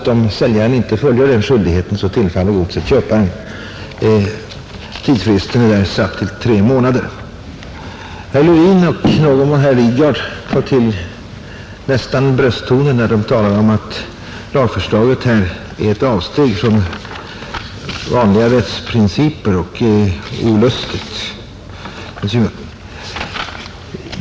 Om säljaren inte fullgör den skyldigheten tillfaller enligt förslaget godset köparen, Tidsfristen är satt till tre månader. Herr Levin, och i någon mån herr Lidgard, tar till brösttoner när de talar om att lagförslaget här är olustigt och innebär ett avsteg från viktiga rättsprinciper.